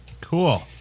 Cool